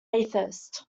atheist